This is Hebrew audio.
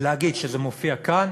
שזה מופיע כאן